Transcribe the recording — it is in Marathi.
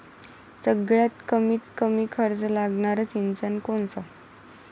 सगळ्यात कमीत कमी खर्च लागनारं सिंचन कोनचं?